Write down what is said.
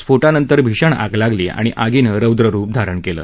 स्फोटानंतर भीषण आग लागली आणि आगीनं रौद्ररुप धारण केलं